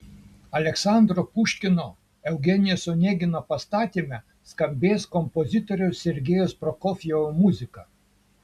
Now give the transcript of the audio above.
aleksandro puškino eugenijaus onegino pastatyme skambės kompozitoriaus sergejaus prokofjevo muzika